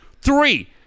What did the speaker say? three